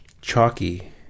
chalky